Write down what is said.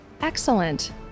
Excellent